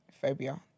phobia